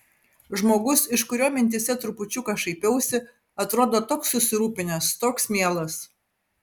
žmogus iš kurio mintyse trupučiuką šaipiausi atrodo toks susirūpinęs toks mielas